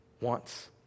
wants